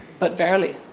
but barely,